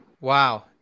Wow